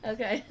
Okay